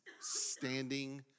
standing